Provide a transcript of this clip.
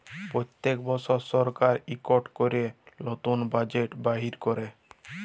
প্যত্তেক বসর সরকার ইকট ক্যরে লতুল বাজেট বাইর ক্যরে